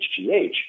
HGH